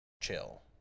chill